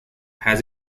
has